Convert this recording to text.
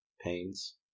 pains